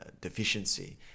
deficiency